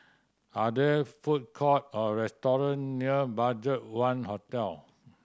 are there food court or restaurant near BudgetOne Hotel